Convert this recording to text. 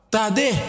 Tade